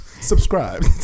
Subscribe